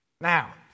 Now